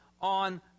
on